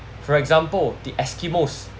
for example the eskimos